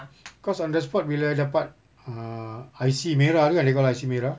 cause on the spot bila I dapat err I_C merah kan they call I_C merah